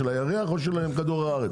של הירח, או של כדור הארץ?